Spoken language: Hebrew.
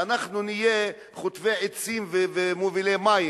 שאנחנו נהיה חוטבי עצים ומובילי מים.